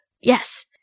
Yes